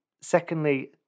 Secondly